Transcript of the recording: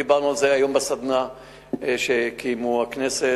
דיברנו על זה היום בסדנה שקיימה הכנסת.